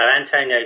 Antonio